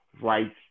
right